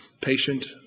patient